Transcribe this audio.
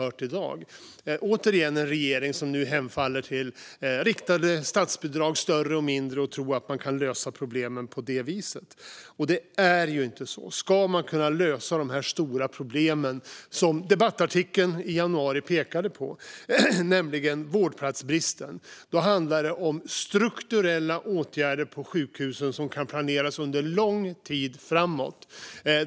Återigen har vi också en regering som hemfaller till riktade statsbidrag, större och mindre, och tror att man kan lösa problemen på det viset. Det är ju inte så. Ska man kunna lösa det stora problem som debattartikeln i januari pekade på, nämligen vårdplatsbristen, handlar det om strukturella åtgärder på sjukhusen som kan planeras för lång tid framåt.